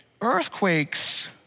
earthquakes